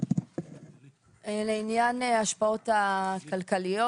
לעניין ההשפעות הכלכליות,